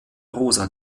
rosa